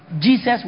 Jesus